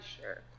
sure